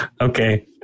Okay